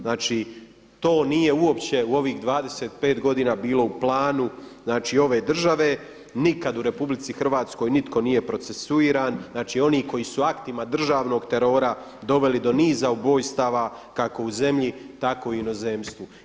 Znači to nije uopće u ovih 25 godina bilo u planu znači ove države, nikad u RH nitko nije procesuiran, znači oni koji su aktima državnog terora doveli do niza ubojstava kako u zemlji, tako i u inozemstvu.